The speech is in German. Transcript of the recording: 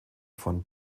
von